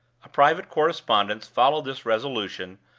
a private correspondence followed this resolution,